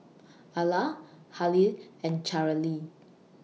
Iola Halie and Cherrelle